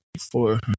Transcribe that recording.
Four